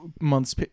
month's